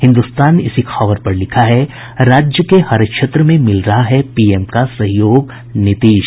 हिन्दुस्तान ने इसी खबर पर लिखा है राज्य के हर क्षेत्र में मिल रहा है पीएम का सहयोग नीतीश